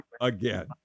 again